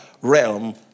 realm